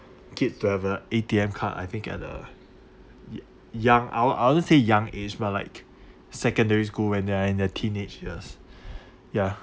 kids to have a A_T_M card I think at a young I won't I won't say young age but like secondary school when they are in their teenage years ya